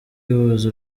ihuza